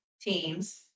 Teams